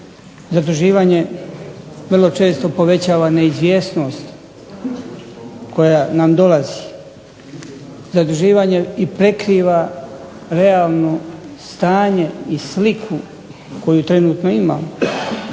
Zaduživanje vrlo često povećava neizvjesnost koja nam dolazi. Zaduživanje i prekriva realno stanje i sliku koju trenutno imamo.